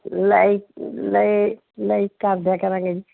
like ਏ like ਕਰ ਦਿਆ ਕਰਾਂਗੇ ਜੀ